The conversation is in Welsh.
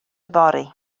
yfory